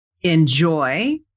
enjoy